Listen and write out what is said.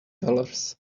dollars